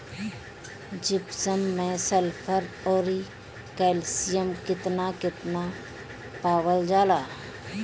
Gypsum मैं sulphur औरी calcium कितना कितना पावल जाला?